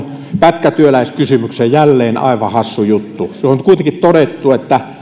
pätkätyöläiskysymykseen jälleen aivan hassu juttu että on kuitenkin todettu että